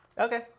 Okay